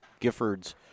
Giffords